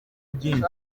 byinshi